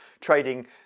Trading